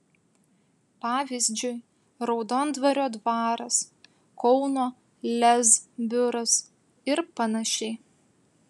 pavyzdžiui raudondvario dvaras kauno lez biuras ir panašiai